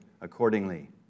accordingly